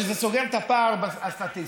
שזה סוגר את הפער הסטטיסטי.